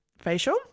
facial